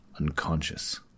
unconscious